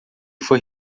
foi